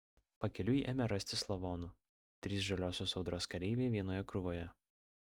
pakeliui ėmė rastis lavonų trys žaliosios audros kareiviai vienoje krūvoje